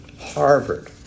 Harvard